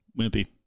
wimpy